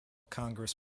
congress